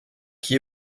qui